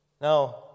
Now